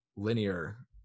linear